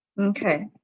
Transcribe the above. Okay